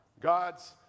God's